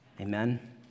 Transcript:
amen